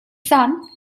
son